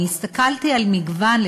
אני הסתכלתי על מגוון,